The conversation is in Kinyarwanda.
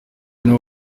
nibo